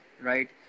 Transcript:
right